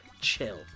chill